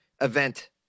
event